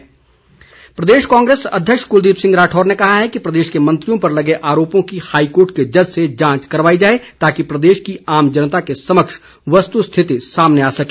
राठौर प्रदेश कांग्रेस अध्यक्ष कलदीप सिंह राठौर ने कहा है कि प्रदेश के मंत्रियों पर लगे आरोपों की हाईकोर्ट के जज से जांच कराई जाए ताकि प्रदेश की आम जनता के समक्ष वस्तु स्थिति सामने आ सके